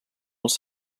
els